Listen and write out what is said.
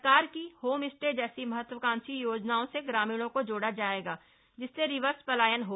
सरकार की home stay जैसी महत्वकांक्षी योजना से ग्रामीणों को जोड़ा जाएगा जिससे रिवर्स पलायन हो